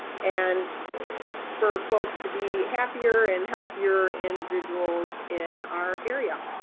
and for folks to be happier and healthier individuals in our area.